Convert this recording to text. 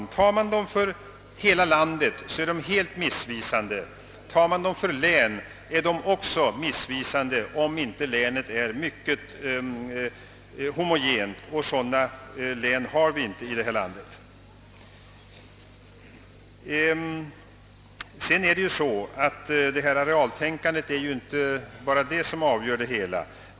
Om man tar dem för hela landet, är de helt missvisande. Om man tar dem per län är de också missvisande, om inte länet är mycket homogent, men sådana län har vi inte i detta land. Det är emellertid inte bara arealtänkandet som avgör det hela.